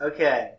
Okay